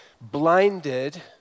blinded